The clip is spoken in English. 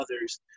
others